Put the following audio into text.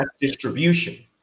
distribution